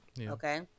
okay